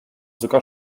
sogar